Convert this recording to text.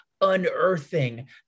Unearthing